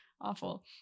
awful